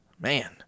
man